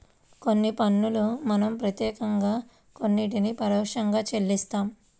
కొన్ని పన్నుల్ని మనం ప్రత్యక్షంగా కొన్నిటిని పరోక్షంగా చెల్లిస్తాం